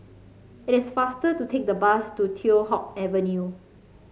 it is faster to take the bus to Teow Hock Avenue